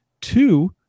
Two